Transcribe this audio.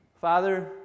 Father